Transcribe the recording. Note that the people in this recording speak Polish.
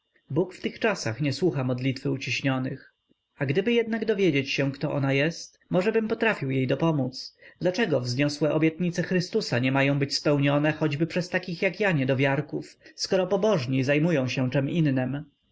bóg w tych czasach nie słucha modlitwy uciśnionych a gdyby jednak dowiedzieć się kto ona jest możebym potrafił jej dopomódz dlaczego wzniosłe obietnice chrystusa nie mają być spełnione choćby przez takich jak ja niedowiarków skoro pobożni zajmują się czem innem